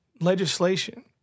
legislation